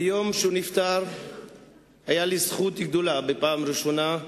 ביום שהוא נפטר היתה לי זכות גדולה, בפעם הראשונה,